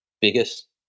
biggest